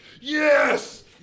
Yes